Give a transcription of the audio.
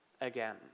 again